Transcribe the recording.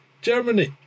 Germany